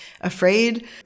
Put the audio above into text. afraid